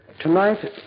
Tonight